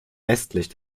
westlich